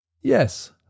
Yes